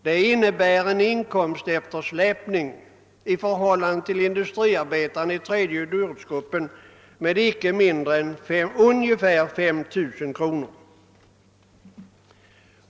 Det innebär en inkomsteftersläpning i förhållande till industriarbetarna i dyrortsgrupp 3 med inte mindre än omkring 5 000 kronor.